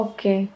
Okay